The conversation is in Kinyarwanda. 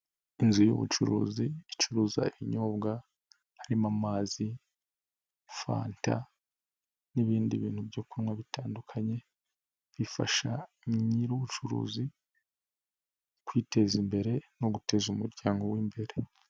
Inzu y'ubucuruzi icuruza ibinyobwa harimo: amazi, fanta n'ibindi bintu byo kunywa bitandukanye bifasha nyir'ubucuruzi kwiteza imbere no guteza umuryango we imbere.